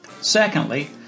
Secondly